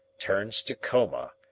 turns to coma,